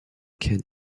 can